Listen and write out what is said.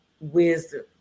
wisdom